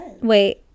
Wait